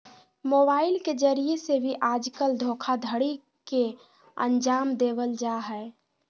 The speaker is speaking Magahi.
मोबाइल के जरिये से भी आजकल धोखाधडी के अन्जाम देवल जा हय